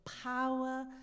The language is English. power